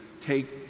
take